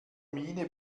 miene